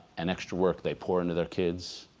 and extra work they pour into their kids,